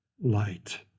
light